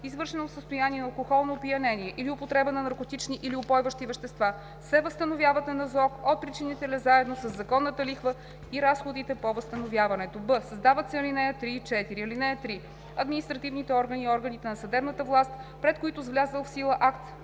извършено в състояние на алкохолно опиянение или употреба на наркотични или упойващи вещества, се възстановяват на НЗОК от причинителя заедно със законната лихва и разходите по възстановяването.“; б) създават се ал. 3 и 4: „(3) Административните органи и органите на съдебната власт, пред които с влязъл в сила акт